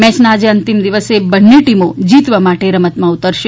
મેચના આજે અંતિમ દિવસે બંન્ને ટીમો જીતવા માટે રમતમાં ઉતરશે